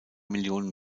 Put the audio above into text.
millionen